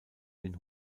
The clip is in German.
den